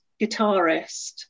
guitarist